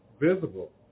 visible